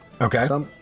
Okay